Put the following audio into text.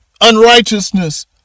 unrighteousness